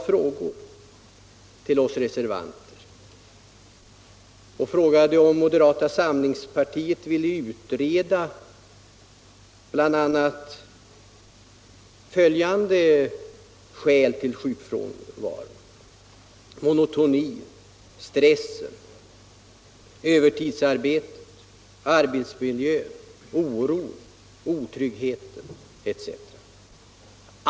frågor till oss reservanter och frågade om moderata samlingspartiet ville utreda bl.a. följande skäl till sjukfrånvaro: monotoni, stress, övertidsarbete, arbetsmiljö, oro, otrygghet etc.